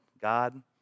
God